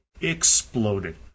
exploded